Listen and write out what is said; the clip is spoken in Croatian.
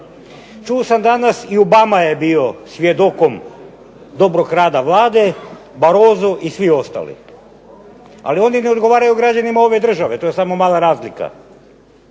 Čuo sam danas i Obama je bio svjedokom dobrog rada Vlade, Barroso i svi ostali, ali oni ne odgovaraju građanima ove države. To je samo mala razlika.